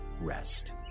rest